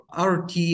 RT